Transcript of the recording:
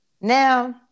Now